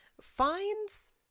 finds